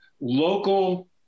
local